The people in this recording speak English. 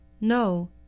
No